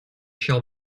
shall